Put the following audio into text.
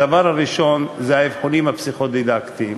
הדבר הראשון זה האבחונים הפסיכו-דידקטיים,